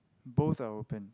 both are open